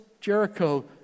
Jericho